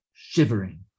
shivering